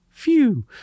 Phew